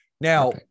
Now